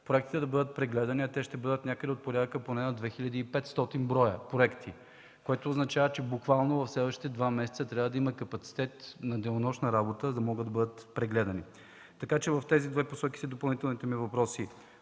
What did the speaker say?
проектите да бъдат прегледани. А те ще бъдат някъде от порядъка поне на 2500 броя, което означава, че буквално в следващите два месеца трябва да има капацитет на денонощна работа, за да могат да бъдат прегледани. В тези две посоки са моите допълнителни въпроса: